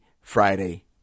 Friday